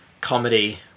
comedy